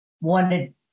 wanted